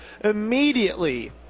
immediately